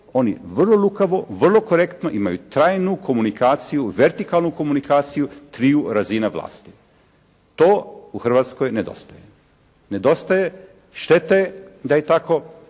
oni vrlo lukavo, vrlo korektno imaju trajnu komunikaciju, vertikalnu komunikaciju triju razina vlasti. To u Hrvatskoj nedostaje. Nedostaje, šteta da je tako